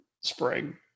spring